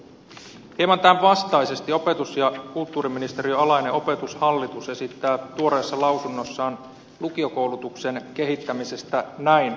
hieman tämän vastaisesti opetus ja kulttuuriministeriön alainen opetushallitus esittää tuoreessa lausunnossaan lukiokoulutuksen kehittämisestä näin